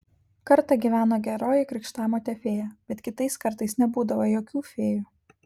kartą gyveno geroji krikštamotė fėja bet kitais kartais nebūdavo jokių fėjų